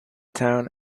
town